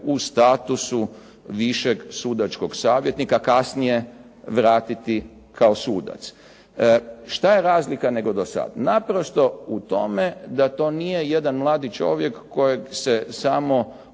u statusu višeg sudačkog savjetnika kasnije vratiti kao sudac. Što je razlika nego do sad? Naprosto u tome da to nije jedan mladi čovjek kojeg se samo koristi